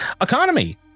Economy